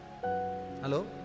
hello